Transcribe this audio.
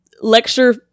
lecture